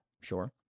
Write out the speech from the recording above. Sure